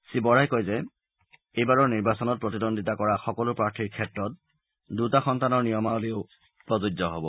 শ্ৰীবৰাই কয় যে এইবাৰৰ নিৰ্বাচনত প্ৰতিদ্বন্দ্বিতা কৰা সকলো প্ৰাৰ্থীৰ ক্ষেত্ৰত দুটা সন্তানৰ নিয়মাৱলীও প্ৰযোজ্য হব